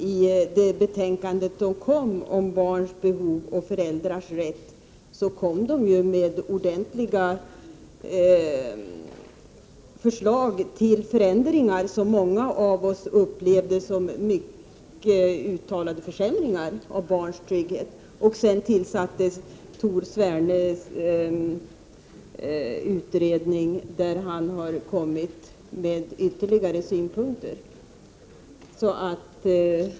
I betänkandet om barns behov och föräldrars rätt kom man med ordentliga förslag till förändringar, som många av oss upplevde som uttalade försämringar av barns trygghet, och sedan tillsattes Tor Svernes utredning, som kommit med ytterligare synpunkter.